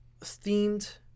themed